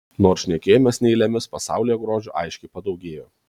nors šnekėjomės ne eilėmis pasaulyje grožio aiškiai padaugėjo